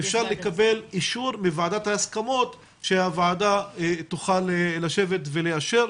אפשר לקבל אישור מוועדת ההסכמות שהוועדה תוכל לשבת ולאשר.